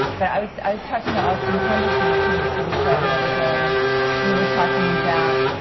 but i was. i was talking to austin pendleton, who came to see the show the other day. and we were talking about.